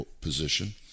position